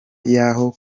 y’aho